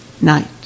night